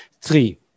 Three